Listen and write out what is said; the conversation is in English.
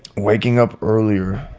waking up earlier,